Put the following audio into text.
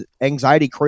anxiety